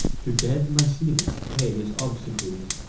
to dead misenus pay his obsequies.